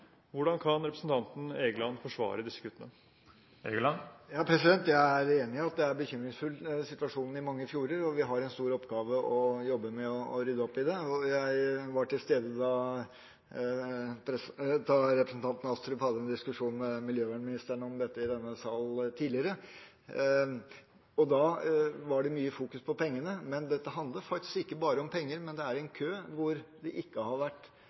Hvordan kan representanten Egeland forsvare disse kuttene? Jeg er enig i at situasjonen i mange fjorder er bekymringsfull, og vi har en stor oppgave i å jobbe med å rydde opp i det. Jeg var til stede da representanten Astrup hadde en diskusjon med miljøvernministeren om dette i denne sal tidligere. Da var det mye fokus på pengene. Men dette handler faktisk ikke bare om penger; det er en kø hvor det ikke har vært